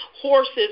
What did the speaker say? horses